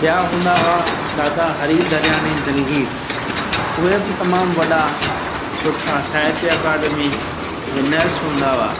ॿिया हूंदा हुआ दादा हरि दरयानी दिलगीर उहे बि तमामु वॾा सुठा सहित्य अकाडमी विनर्स हूंदा हुआ